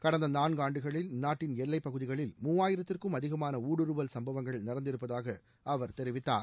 கடந்த நான்கு ஆண்டுகளில் நாட்டின் எல்லைப்பகுதிகளில் மூவாயிரத்திற்கும் அதிகமான ஊடுருவல் சம்பவங்கள் நடந்திருப்பதாக அவர் தெரிவித்தார்